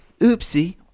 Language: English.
oopsie